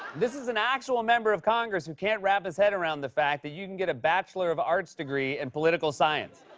this is an actual member of congress who can't wrap his heard around the fact that you can get a bachelor of arts degree in political science,